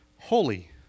Holy